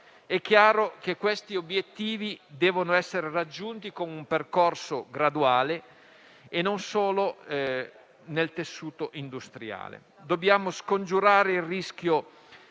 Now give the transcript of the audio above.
È chiaro che questi obiettivi devono essere raggiunti con un percorso graduale e non solo nel tessuto industriale. Dobbiamo scongiurare il rischio